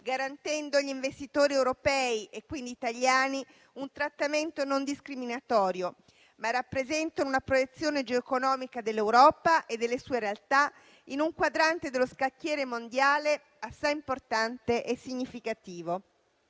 garantendo agli investitori europei, e quindi italiani, un trattamento non discriminatorio, ma rappresentano una proiezione geoeconomica dell'Europa e delle sue realtà in un quadrante dello scacchiere mondiale assai importante e significativo.